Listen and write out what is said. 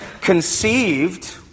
conceived